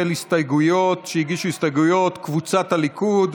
שהגישו הסתייגויות: קבוצת סיעת הליכוד,